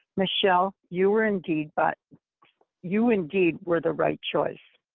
michelle, you were, indeed, but you indeed were the right choice.